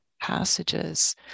passages